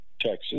Texas